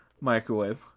microwave